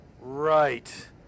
Right